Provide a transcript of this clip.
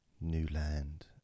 Newland